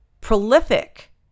prolific